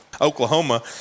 Oklahoma